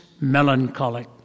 melancholic